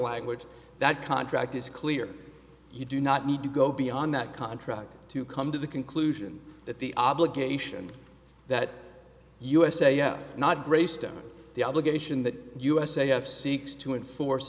language that contract is clear you do not need to go beyond that contract to come to the conclusion that the obligation that u s a s not greystone the obligation that usa have seeks to enforce